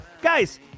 guys